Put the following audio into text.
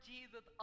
Jesus